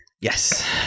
Yes